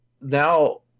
Now